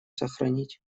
сохранить